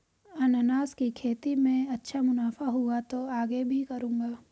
अनन्नास की खेती में अच्छा मुनाफा हुआ तो आगे भी करूंगा